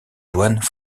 douane